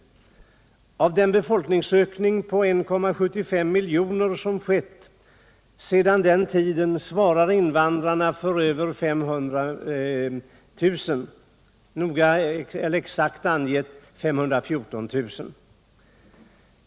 Av den befolkningsökning på 1,75 miljoner som skett sedan den tiden svarar invandrarna för 540 000.